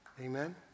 Amen